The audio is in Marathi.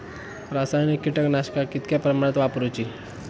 रासायनिक कीटकनाशका कितक्या प्रमाणात वापरूची?